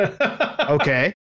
Okay